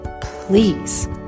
please